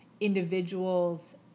individuals